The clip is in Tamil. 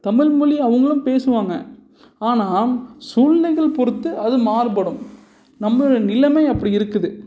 தமிழ்மொழி அவங்களும் பேசுவாங்கள் ஆனால் சூழ்நிலைகள் பொறுத்து அது மாறுபடும் நம்மளோடைய நிலமை அப்படி இருக்குது